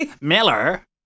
Miller